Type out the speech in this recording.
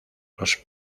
los